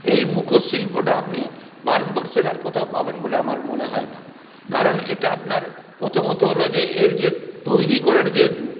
এই মুখোশ শিল্পটা আপনি ভারতবর্ষের আর কোথাও পাবেন বলে আমার মনে হয় না কারণ এটা আপনার প্রথমত হল যে এর যে তৈরি করার যে